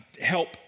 help